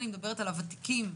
אני מדברת על הוותיקים,